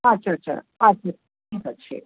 আচ্ছা আচ্ছা আচ্ছা ঠিক আছে